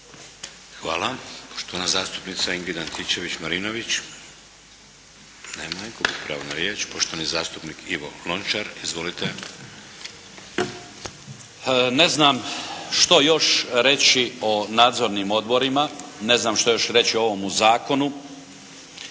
Hvala. Poštovana zastupnica Ingrid Antičević Marinović. Nema je. Gubi pravo na riječ. Poštovani zastupnik Ivo Lončar. Izvolite! **Lončar, Ivan (Nezavisni)** Ne znam što još reći o nadzornim odborima, ne znam što još reći o ovomu zakonu.